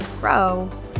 grow